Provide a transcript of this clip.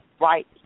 right